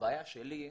הבעיה שלי,